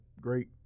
great